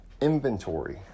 inventory